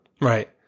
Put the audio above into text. Right